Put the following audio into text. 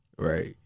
Right